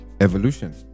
evolution